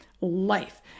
life